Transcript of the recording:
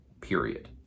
period